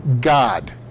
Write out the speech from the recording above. God